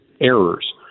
errors